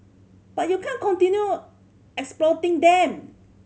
but you can't continue exploiting them